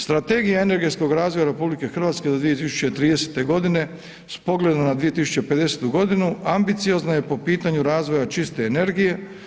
Strategija energetskog razvoja RH do 2030. godine s pogledom na 2050. godinu ambiciozna je po pitanju razvoja čiste energije.